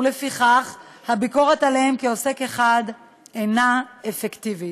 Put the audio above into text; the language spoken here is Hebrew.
ולפיכך הביקורת עליהם כעוסק אחד אינה אפקטיבית.